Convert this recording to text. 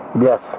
Yes